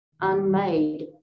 unmade